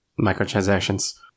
microtransactions